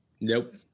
Nope